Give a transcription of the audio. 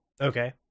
Okay